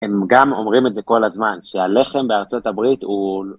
הם גם אומרים את זה כל הזמן, שהלחם בארצות הברית הוא...